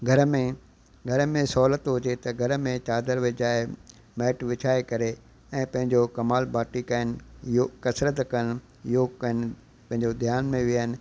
घर में घर में सहुलियत हुजे त घर में चादर विझाए मैट विछाए करे ऐं पंहिंजो कपालभाति कन इयो कसरत कनि योग कनि पंहिंजो ध्यान में विहनि